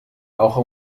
auch